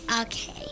Okay